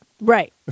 Right